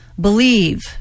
Believe